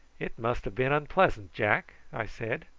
it must have been unpleasant, jack, i said.